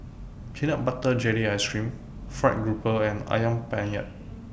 Peanut Butter Jelly Ice Cream Fried Grouper and Ayam Penyet